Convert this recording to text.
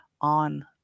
on